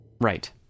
Right